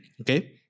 Okay